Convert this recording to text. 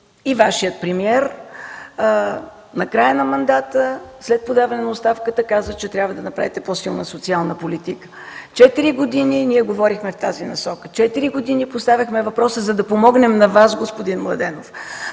и Вашият премиер накрая на мандата, след подаване на оставката каза, че трябва да направите по-силна социална политика. Четири години ние говорихме в тази насока, четири години поставяхме въпроса, за да помогнем на Вас, господин Младенов,